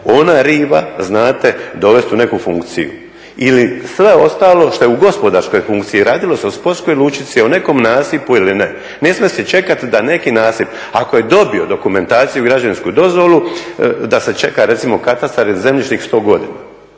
ona riva znate dovesti u neku funkciju ili sve ostalo što je u gospodarskoj funkciji, radilo se o sportskoj lučici o nekom nasipu ili ne, ne smije se čekati da neki nasip ako je dobio dokumentaciju i građevinsku dozvolu da se čeka katastar ili zemljjišnik 100 godina